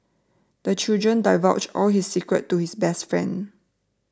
the children divulged all his secrets to his best friend